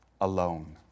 alone